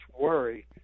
worry